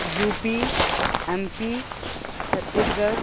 you P M P Chhattisgarh